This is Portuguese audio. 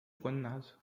condenado